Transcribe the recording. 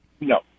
No